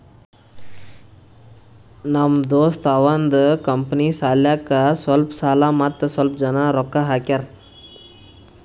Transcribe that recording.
ನಮ್ ದೋಸ್ತ ಅವಂದ್ ಕಂಪನಿ ಸಲ್ಯಾಕ್ ಸ್ವಲ್ಪ ಸಾಲ ಮತ್ತ ಸ್ವಲ್ಪ್ ಜನ ರೊಕ್ಕಾ ಹಾಕ್ಯಾರ್